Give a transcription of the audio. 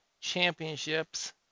championships